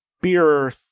beer